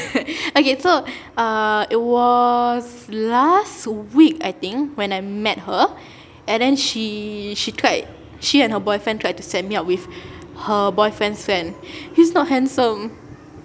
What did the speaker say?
okay so uh it was last week I think when I met her and then she she tried she and her boyfriend tried to set me up with her boyfriend's friend he's not handsome